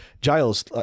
Giles